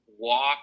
walk